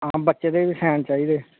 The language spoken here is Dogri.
हां बच्चे दे बी साइन चाहिदे